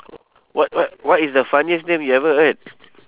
what what what is the funniest name you ever heard